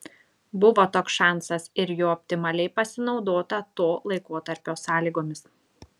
buvo toks šansas ir juo optimaliai pasinaudota to laikotarpio sąlygomis